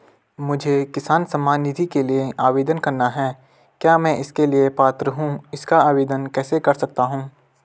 मुझे किसान सम्मान निधि के लिए आवेदन करना है क्या मैं इसके लिए पात्र हूँ इसका आवेदन कैसे कर सकता हूँ?